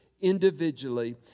individually